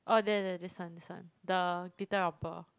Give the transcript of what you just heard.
oh there there this one this one the glitter romper